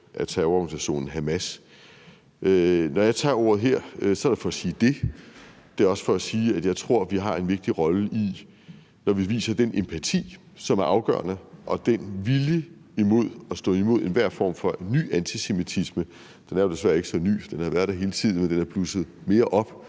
af terrororganisationen Hamas. Når jeg tager ordet her, er det for at sige det. Det er også for at sige, at jeg tror, vi har en vigtig rolle i, at vi, når vi viser den empati, som er afgørende, og den vilje til at stå imod enhver form for ny antisemitisme – den er jo desværre ikke så ny, for den har været der hele tiden, men den er blusset mere op